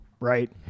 right